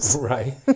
Right